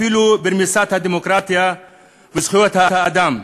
אפילו ברמיסת הדמוקרטיה וזכויות האדם.